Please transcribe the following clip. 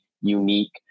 unique